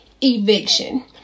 eviction